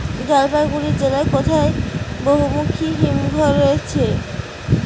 জলপাইগুড়ি জেলায় কোথায় বহুমুখী হিমঘর রয়েছে?